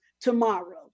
tomorrow